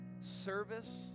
service